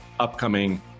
upcoming